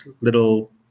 little